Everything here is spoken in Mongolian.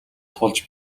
тулж